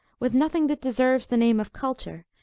with nothing that deserves the name of culture,